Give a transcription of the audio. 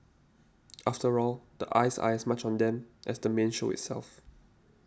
after all the eyes are as much on them as the main show itself